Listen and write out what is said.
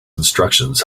instructions